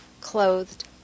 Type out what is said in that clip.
clothed